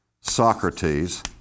Socrates